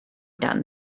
done